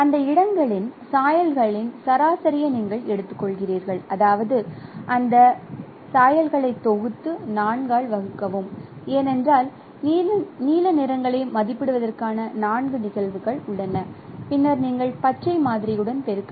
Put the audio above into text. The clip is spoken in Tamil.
அந்த இடங்களின் சாயல்களின் சராசரியை நீங்கள் எடுத்துக்கொள்கிறீர்கள் அதாவது அந்த சாயல்களைத் தொகுத்து 4 ஆல் வகுக்கவும் ஏனென்றால் நீல நிறங்களை மதிப்பிடுவதற்கான 4 நிகழ்வுகள் உள்ளன பின்னர் நீங்கள் பச்சை மாதிரியுடன் பெருக்கவும்